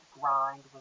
grind